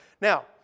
Now